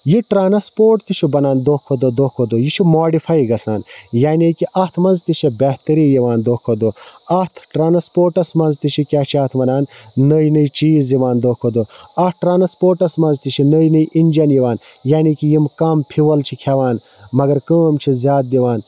یہِ ٹرانسپوٹ تہِ چھُ بَنان دۄہ کھۄتہٕ دۄہ دۄہ کھۄتہٕ دۄہ یہِ چھُ ماڈِفاے گَژھان یعنے کہِ اتھ مَنٛز تہِ چھِ بہتری یِوان دۄہ کھۄتہٕ دۄہ اتھ ٹرانسپوٹَس مَنٛز تہِ چھِ کیاہ چھِ اتھ وَنان نٔے نٔے چیٖز یِوان دۄہ کھۄتہٕ دۄہ اتھ ٹرانسپوٹَس مَنٛز تہِ چھِ نٔے نٔے اِنجَن یِوان یعنے کہِ یِم کَم فیول چھِ کھیٚوان مَگر کٲم چھِ زیادٕ دِوان